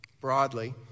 broadly